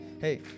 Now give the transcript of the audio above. hey